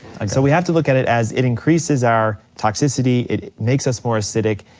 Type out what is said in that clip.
so we have to look at it as it increases our toxicity, it makes us more acidic,